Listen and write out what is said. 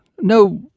no